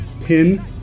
Pin